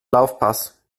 laufpass